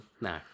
No